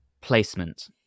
placement